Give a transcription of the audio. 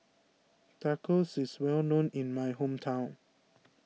Tacos is well known in my hometown